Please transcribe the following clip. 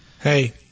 Hey